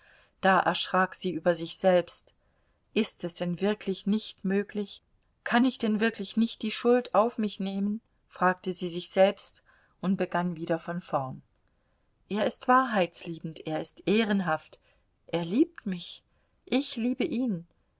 da erschrak sie über sich selbst ist es denn wirklich nicht möglich kann ich denn wirklich nicht die schuld auf mich nehmen fragte sie sich selbst und begann wieder von vorn er ist wahrheitsliebend er ist ehrenhaft er liebt mich ich liebe ihn